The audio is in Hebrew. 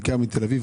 בעיקר מתל אביב,